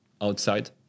outside